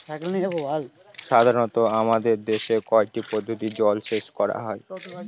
সাধারনত আমাদের দেশে কয়টি পদ্ধতিতে জলসেচ করা হয়?